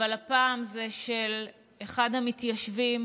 אבל הפעם זה של אחד המתיישבים